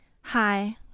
Hi